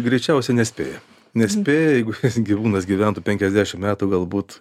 greičiausiai nespėja nespėja jeigu gyvūnas gyventų penkiasdešim metų galbūt